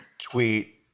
tweet